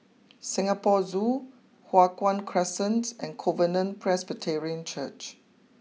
Singapore Zoo Hua Guan Crescent and Covenant Presbyterian Church